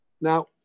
Now